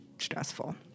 stressful